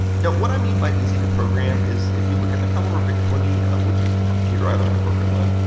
now what i mean by easy to program, is if you look at the commodore vic twenty, which is the computer i learned to program on.